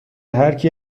هرکی